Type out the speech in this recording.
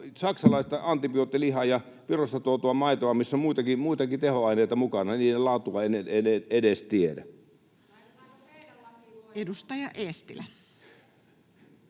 saksalaista antibioottilihaa ja Virosta tuotua maitoa, missä on muitakin tehoaineita mukana, niiden laatua en edes tiedä. [Jenna Simula: